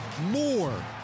More